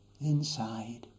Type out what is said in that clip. inside